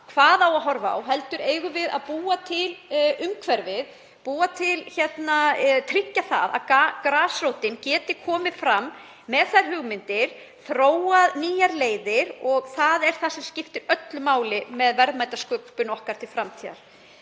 hvað eigi að horfa á heldur eigum við að búa til umhverfið, tryggja að grasrótin geti komið fram með hugmyndir og þróað nýjar leiðir. Það er það sem skiptir öllu máli varðandi verðmætasköpun okkar til framtíðar.